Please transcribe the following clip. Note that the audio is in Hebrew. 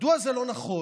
מדוע זה לא נכון?